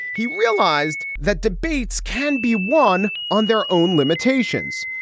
he realized that debates can be won on their own limitations.